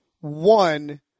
One